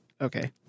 Okay